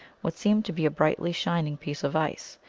what seemed to be a brightly shining piece of ice.